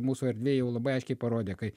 mūsų erdvėj jau labai aiškiai parodė kai